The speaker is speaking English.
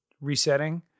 resetting